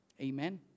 Amen